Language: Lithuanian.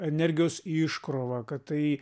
energijos iškrova kad tai